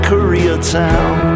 Koreatown